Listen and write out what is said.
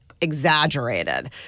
exaggerated